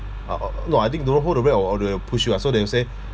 uh uh no I think don't know hold the rope or they will push you uh so they'll say